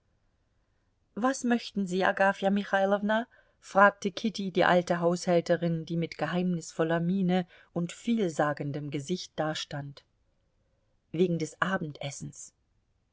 was möchten sie agafja michailowna fragte kitty die alte haushälterin die mit geheimnisvoller miene und vielsagendem gesicht dastand wegen des abendessens